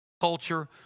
Culture